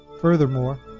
Furthermore